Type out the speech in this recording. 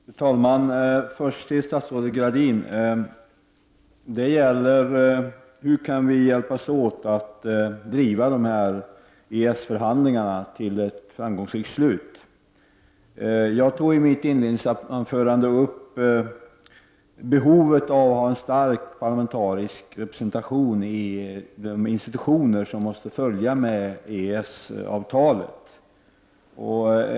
Fru talman! Först vill jag säga något till statsrådet Gradin angående frågan om hur vi kan hjälpas åt att driva EES-förhandlingarna till ett framgångsrikt slut. Jag nämnde i mitt inledningsanförande behovet av att ha en stark parlamentarisk representation i de institutioner som måste följa med EES-avtalet.